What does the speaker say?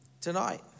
Tonight